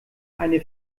eine